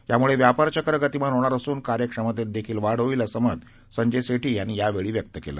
यामुळे व्यापार चक्र गतिमान होणार असून कार्यक्षमतेत देखील वाढ होईल असं मत संजय सेठी यांनी यावेळी व्यक्त केलं